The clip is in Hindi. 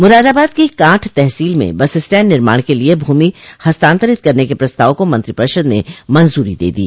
मुरादाबाद की कांठ तहसील में बस स्टैंड निर्माण के लिये भूमि हस्तांतरित करने के प्रस्ताव को मंत्रिपरिषद ने मंजूरी दे दी